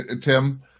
Tim